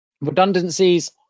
Redundancies